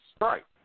Right